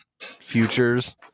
futures